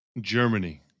Germany